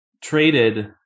traded